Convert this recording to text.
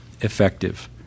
effective